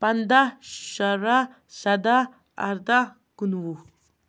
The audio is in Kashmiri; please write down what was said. پنٛداہ شُراہ سداہ ارداہ کُنوُہ